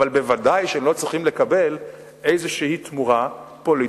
אבל ודאי שהם לא צריכים לקבל איזו תמורה פוליטית-מדינית